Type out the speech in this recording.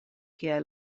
kie